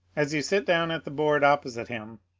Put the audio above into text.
as you sit down at the board opposite him,